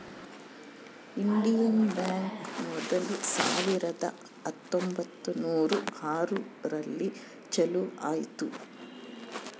Indian Bank ಮೊದ್ಲು ಸಾವಿರದ ಹತ್ತೊಂಬತ್ತುನೂರು ಆರು ರಲ್ಲಿ ಚಾಲೂ ಆಯ್ತು